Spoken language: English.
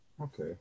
okay